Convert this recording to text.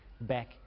back